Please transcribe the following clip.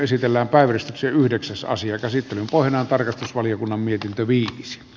käsittelyn pohjana on tarkastusvaliokunnan mietintö viis